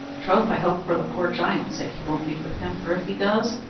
troth, i hope, for the poor giant's sake, he won't meet with him, for if he does,